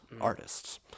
artists